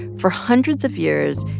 for hundreds of years,